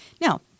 Now